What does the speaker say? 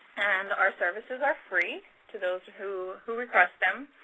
and our services are free to those who who request them.